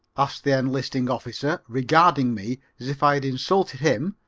asked the enlisting officer, regarding me as if i had insulted him,